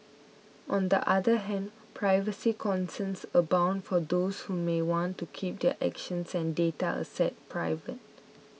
on the other hand privacy concerns abound for those who may want to keep their actions and data assets private